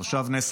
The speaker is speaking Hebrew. תושב נס